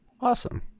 Awesome